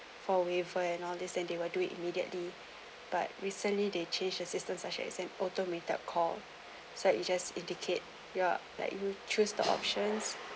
for waiver and all this and they will do it immediately but recently they changed the system such as an automated call so you just indicate your like you choose the option